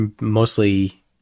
mostly